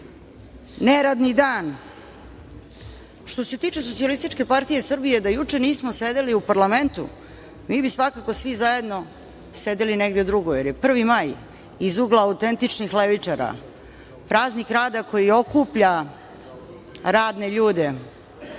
neradni dan. Što se tiče Socijalističke partije Srbije, da juče nismo sedeli u parlamentu, mi bi svakako svi zajedno sedeli negde drugo, jer je 1. maj iz ugla autentičnih levičara praznik rada koji okuplja radne ljude